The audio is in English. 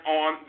on